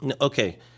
Okay